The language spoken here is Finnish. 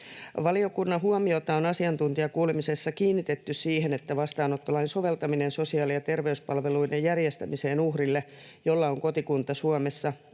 Valiokunnan huomiota on asiantuntijakuulemisessa kiinnitetty siihen, että vastaanottolain soveltaminen sosiaali- ja terveyspalveluiden järjestämiseen uhrille, jolla on kotikunta Suomessa,